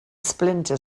splinter